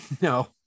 No